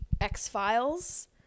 X-Files